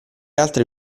altre